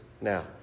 now